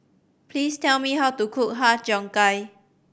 please tell me how to cook Har Cheong Gai